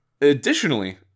Additionally